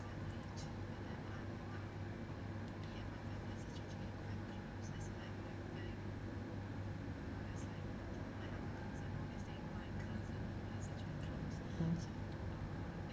mm